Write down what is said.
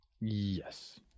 Yes